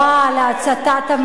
בחשד לכאורה להצתת המסגד.